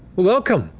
welcome,